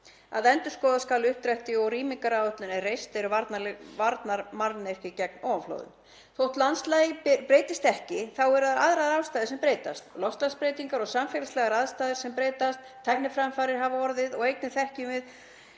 að endurskoða skal uppdrætti og rýmingaráætlun er reist eru varnarmannvirki gegn ofanflóðum. Þótt landslagið breytist ekki þá eru aðrar aðstæður sem breytast, loftslagsbreytingar og samfélagslegar aðstæður sem breytast, tækniframfarir verða og einnig þekkjum við